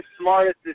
smartest